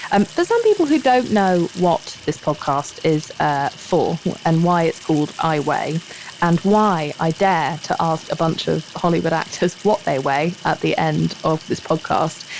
and for some people who don't know what this podcast is ah for and why it's called i weigh and why i dare to ask a bunch of hollywood actors what they weigh at the end of this podcast.